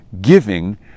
Giving